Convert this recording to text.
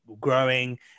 growing